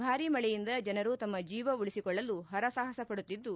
ಭಾರಿ ಮಳೆಯಿಂದ ಜನರು ತಮ್ಮ ಜೀವ ಉಳಿಸಿಕೊಳ್ಳಲು ಹರಸಾಹಸ ಪಡುತ್ತಿದ್ದು